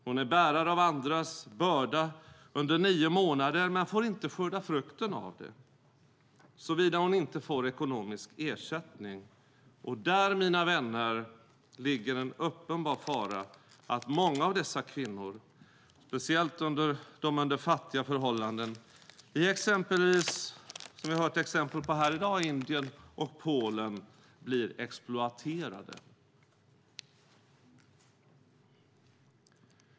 Hon är bärare av andras börda under nio månader men får inte skörda frukten av det, såvida hon inte får ekonomisk ersättning. Och här, mina vänner, ligger en uppenbar fara för att många av dessa kvinnor blir exploaterade, speciellt de som lever under fattiga förhållanden i till exempel Indien och Polen.